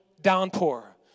downpour